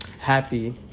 happy